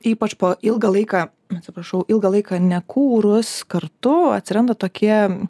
ypač po ilgą laiką atsiprašau ilgą laiką nekūrus kartu atsiranda tokie